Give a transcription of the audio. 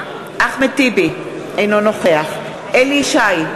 אינו נוכח אליהו ישי,